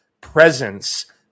presence